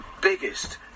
biggest